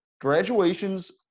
graduations